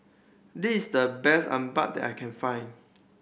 this is the best appam that I can find